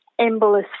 embolus